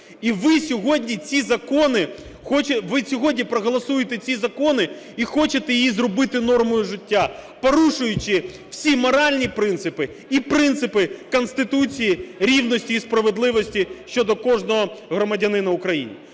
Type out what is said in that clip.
І ви сьогодні проголосуєте ці закони і хочете їх зробити нормою життя, порушуючи всі моральні принципи і принципи Конституції – рівності і справедливості щодо кожного громадянина України.